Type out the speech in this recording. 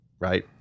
Right